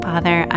Father